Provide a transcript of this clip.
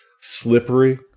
slippery